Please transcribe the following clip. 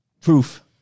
Proof